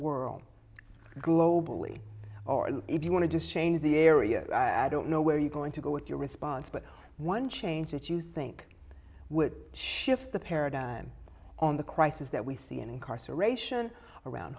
world globally or if you want to just change the area i don't know where you're going to go with your response but one change that you think would shift the paradigm on the crisis that we see in incarceration around